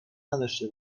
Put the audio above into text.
نداشته